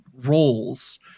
roles